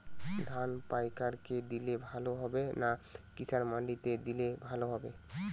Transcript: ধান পাইকার কে দিলে ভালো হবে না কিষান মন্ডিতে দিলে ভালো হবে?